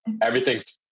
Everything's